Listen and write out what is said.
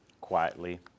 quietly